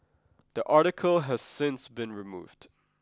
that article has since been removed